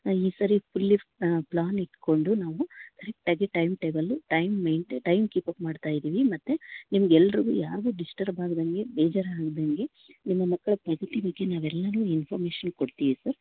ಈ ಸರಿ fully plan ಇಟ್ಕೊಂಡು ನಾವು ಕರೆಕ್ಟಾಗಿ time table time maintain time keep up ಮಾಡ್ತಾಯಿದ್ದೀವಿ ಮತ್ತೆ ನಿಮ್ಗೆ ಎಲ್ರಿಗೂ ಯಾರಿಗೂ ಡಿಶ್ಟರ್ಬ್ ಆಗ್ದಂಗೆ ಬೇಜಾರಾಗ್ದಂಗೆ ನಿಮ್ಮ ಮಕ್ಕಳ ಪಾಸಿಟಿವಿಟಿ ನಾವೆಲ್ಲವೂ ಇನ್ಪೊಮೇಷನ್ ಕೊಡ್ತೀವಿ ಸರ್